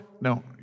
No